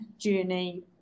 journey